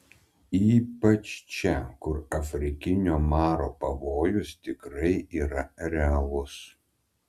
ypač čia kur afrikinio maro pavojus tikrai yra realus